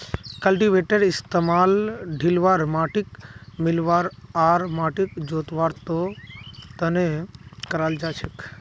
कल्टीवेटरेर इस्तमाल ढिलवा माटिक मिलव्वा आर माटिक जोतवार त न कराल जा छेक